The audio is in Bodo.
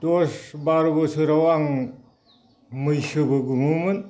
दस बार' बोसोराव आं मैसोबो गुमोमोन